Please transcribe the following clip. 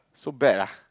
so bad ah